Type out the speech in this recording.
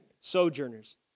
sojourners